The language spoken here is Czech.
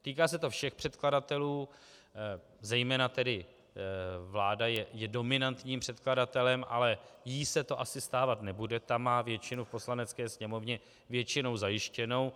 Týká se to všech předkladatelů, zejména vláda je dominantním předkladatelem, ale jí se to asi stávat nebude, ta má většinu v Poslanecké sněmovně většinou zajištěnou.